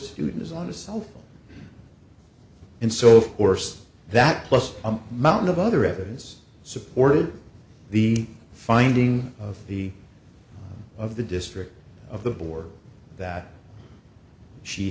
student is on a cell phone and so of course that plus a mountain of other evidence supported the finding of the of the district of the bor that she